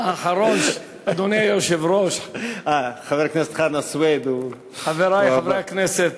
אדוני היושב-ראש, חברי חברי כנסת,